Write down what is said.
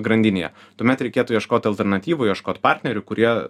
grandinėje tuomet reikėtų ieškot alternatyvų ieškot partnerių kurie